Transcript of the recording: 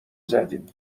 زدیم